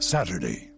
Saturday